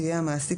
יהיה המעסיק,